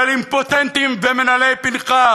של אימפוטנטים ומלחכי פנכה